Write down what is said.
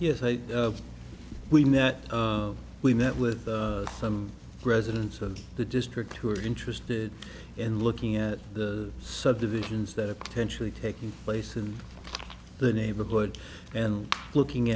yes i we met we met with some residents of the district who are interested in looking at the subdivisions that are potentially taking place in the neighborhood and looking